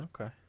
Okay